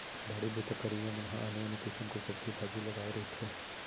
बाड़ी बूता करइया मन ह आने आने किसम के सब्जी भाजी लगाए रहिथे